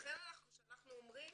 לכן כשאנחנו אומרים,